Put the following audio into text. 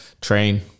Train